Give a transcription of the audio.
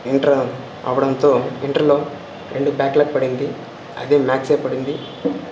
inter అవడంతో ఇంటర్లో రెండు బ్యాక్ లాగ్ పడింది అది మ్యాథ్స్ఏ పడింది